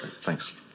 thanks